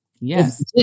yes